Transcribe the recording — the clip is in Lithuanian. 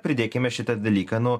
pridėkime šitą dalyką nu